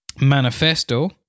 manifesto